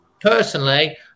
personally